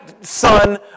son